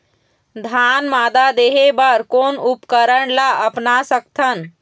धान मादा देहे बर कोन उपकरण ला अपना सकथन?